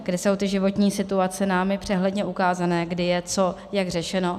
, kde jsou ty životní situace námi přehledně ukázané, kdy je co jak řešeno.